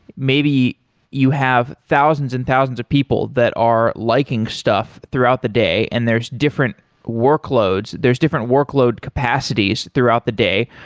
maybe you have thousands and thousands of people that are liking stuff throughout the day and there's different workloads, there's different workload capacities throughout the day,